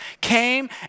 came